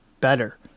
better